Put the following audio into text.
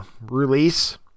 release